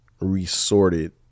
resorted